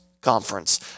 Conference